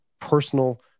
personal